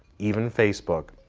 even facebook,